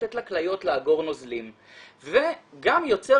מאותת לכליות לאגור נוזלים וגם יוצר